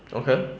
okay